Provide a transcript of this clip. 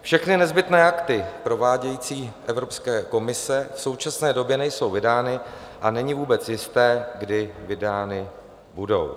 Všechny nezbytné akty provádějící Evropské komise v současné době nejsou vydány a není vůbec jisté, kdy vydány budou.